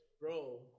Bro